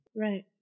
Right